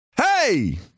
Hey